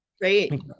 Great